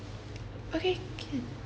okay